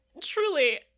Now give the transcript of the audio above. Truly